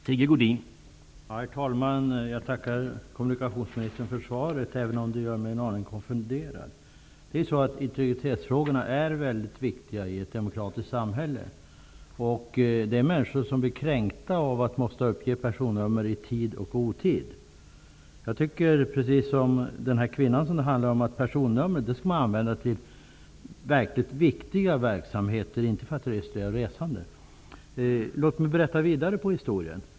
Herr talman! Jag tackar kommunikationsministern för svaret, även om det gör mig en aning konfunderad. Integritetsfrågorna är viktiga i ett demokratiskt samhälle. Det finns människor som blir kränkta av att behöva uppge personnummer i tid och otid. Jag tycker, precis som den kvinna detta handlar om, att personnummer skall användas i verkligt viktiga verksamheter, inte för att registrera resande. Låt mig berätta vidare på historien.